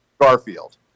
Garfield